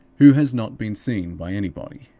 who has not been seen by anybody.